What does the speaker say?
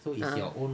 ah